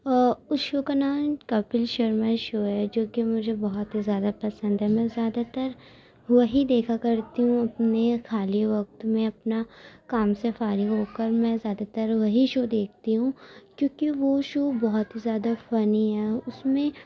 اس show کا نام Kapil Sharma show ہے جو کہ مجھے بہت ہی زیادہ پسند ہے میں زیادہ تر وہی دیکھا کرتی ہوں اپنے کھالی وقت میں اپنا کام سے فارغ ہو کر میں زیادہ تر وہی شو دیکھتی ہوں کیونکہ وہ شو بہت ہی زیادہ فنی ہے اس میں